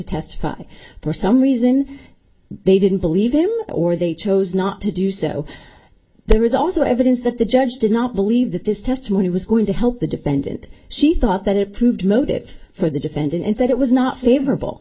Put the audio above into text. testify for some reason they didn't believe him or they chose not to do so there is also evidence that the judge did not believe that this testimony was going to help the defendant she thought that it proved motive for the defendant and that it was not favorable